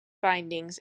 findings